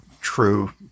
true